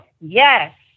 Yes